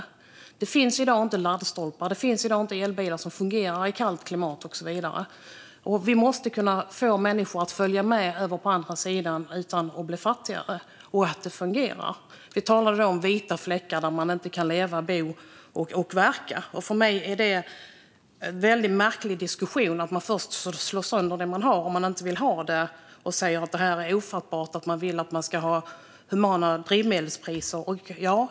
I dag finns det inga laddstolpar, och det finns inga elbilar som fungerar i kallt klimat och så vidare. Det måste fungera så att människor kan följa med över på andra sidan utan att bli fattigare. Vi talade om vita fläckar där man inte kan leva, bo och verka. För mig blir det en väldigt märklig diskussion. Först vill man slå sönder det man har för att man inte vill ha det, och sedan säger man att det är ofattbart att vilja ha humanare drivmedelspriser.